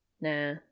Nah